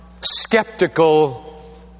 skeptical